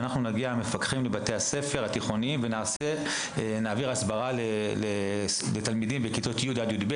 שאנחנו נגיע לבתי הספר התיכוניים ונעביר הסברה לתלמידים בכיתות י׳-י״ב,